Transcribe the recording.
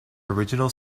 original